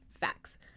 facts